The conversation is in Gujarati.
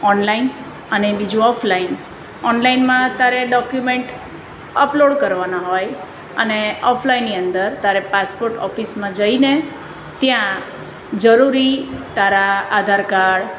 ઓનલાઇન અને બીજું ઓફલાઇન ઓનલાઇનમાં તારે ડોક્યુમેન્ટ અપલોડ કરવાના હોય અને ઓફલાઇનની અંદર તારે પાસપોર્ટ ઓફિસમાં જઈને ત્યાં જરૂરી તારા આધાર કાર્ડ